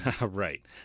Right